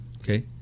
okay